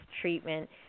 treatment